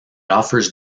offers